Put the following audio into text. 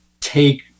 take